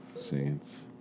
Saints